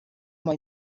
mei